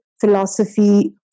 philosophy